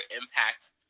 impact